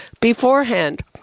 beforehand